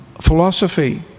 philosophy